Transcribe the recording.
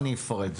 אני אפרט.